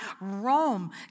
Rome